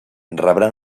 rebrà